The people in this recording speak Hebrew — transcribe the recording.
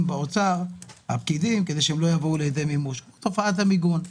באוצר כדי שהם לא יבואו לידי מימוש תופעת המיגון,